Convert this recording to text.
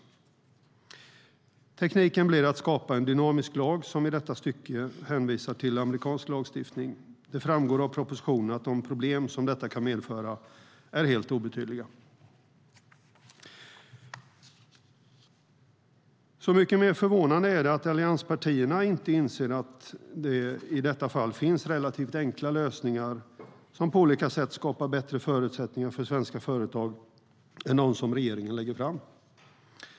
Tekniken blir att skapa en dynamisk lag som i detta stycke hänvisar till amerikansk lagstiftning. Det framgår av propositionen att de problem som detta kan medföra är helt obetydliga. Mycket mer förvånande är det att allianspartierna inte inser att det i detta fall finns relativt enkla lösningar som på olika sätt skapar bättre förutsättningar för svenska företag än de som regeringen lägger fram.